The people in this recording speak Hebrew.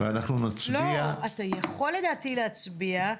לדעתי אתה יכול להצביע,